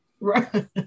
right